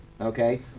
Okay